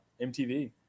MTV